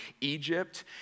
Egypt